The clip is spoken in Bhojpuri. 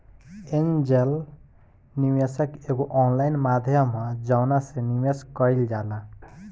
एंजेल निवेशक एगो ऑनलाइन माध्यम ह जवना से निवेश कईल जाला